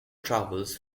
travels